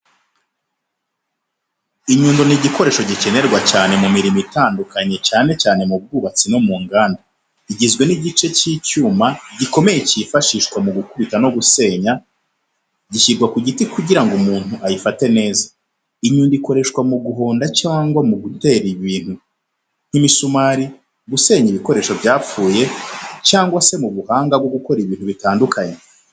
Inyundo ni igikoresho gikenerwa cyane mu mirimo itandukanye cyane cyane mu bwubatsi no mu nganda. Igizwe n’igice cy’icyuma gikomeye cyifashishwa mu gukubita no gusenya, gishyirwa ku giti kugira ngo umuntu ayifate neza. Inyundo ikoreshwa mu guhonda cyangwa mu gutera ibintu nk’imisumari, gusenya ibikoresho byapfuye, cyangwa se mu buhanga bwo gukora ibintu bitandukanye.